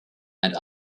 and